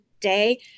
day